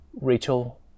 Rachel